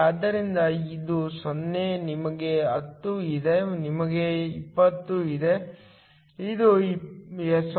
ಆದ್ದರಿಂದ ಇದು 0 ನಿಮಗೆ 10 ಇದೆ ನಿಮಗೆ 20 ಇದೆ ಇದು 0